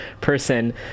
person